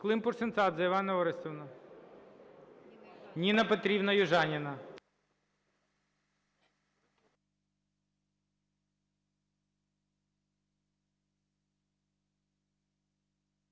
Климпуш-Цинцадзе Іванна Орестівна. Ніна Петрівна Южаніна.